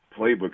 playbook